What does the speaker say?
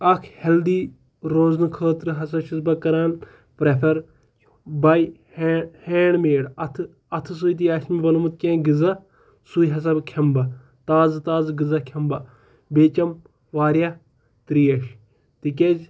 اَکھ ہٮ۪لدی روزنہٕ خٲطرٕ ہَسا چھُس بہٕ کَران پرٛٮ۪فَر بَے ہے ہینٛڈ میڈ اَتھٕ اَتھٕ سۭتی آسہِ مےٚ بنومُت کیٚنٛہہ غذا سُے ہَسا بہٕ کھٮ۪مہٕ بہٕ تازٕ تازٕ غذا کھٮ۪مہٕ بہٕ بیٚیہِ چَم وارِیاہ ترٛیش تِکیٛازِ